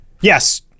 Yes